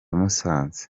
musanze